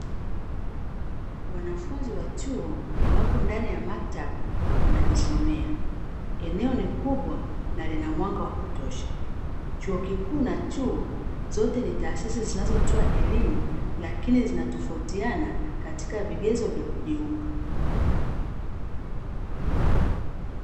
Wanafunzi wa chuo wapo ndani ya maktaba wanajisomea eneo ni kubwa na lina mwanga wa kutosha, chuo kikuu na chuo zote ni taasisi zinazotoa elimu lakini zinatofautiana katika vigezo vya kujiunga.